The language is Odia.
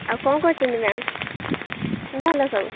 ଆଉ କ'ଣ କରୁଛନ୍ତି ମ୍ୟାମ୍ ଭଲ ସବୁ